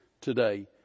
today